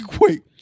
wait